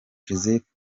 joseph